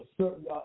certain